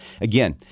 Again